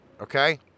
Okay